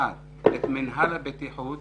את מינהל הבטיחות,